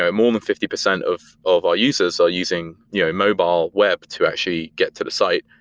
ah more than fifty percent of of our users are using yeah mobile web to actually get to the site,